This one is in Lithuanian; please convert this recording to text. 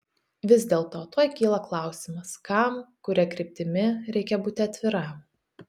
vis dėlto tuoj kyla klausimas kam kuria kryptimi reikia būti atviram